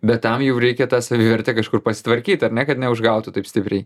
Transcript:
bet tam jau reikia tą savivertę kažkur pasitvarkyt ar ne kad neužgautų taip stipriai